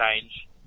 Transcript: change